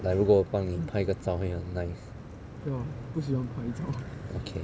like 如果我帮你拍一个照会很 nice okay